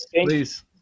please